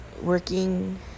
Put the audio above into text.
working